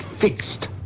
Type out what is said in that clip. fixed